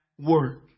work